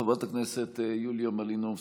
חברת הכנסת יוליה מלינובסקי,